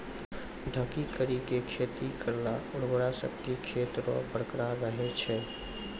ढकी करी के खेती करला उर्वरा शक्ति खेत रो बरकरार रहे छै